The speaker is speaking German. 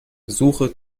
suche